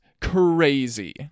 crazy